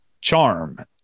charm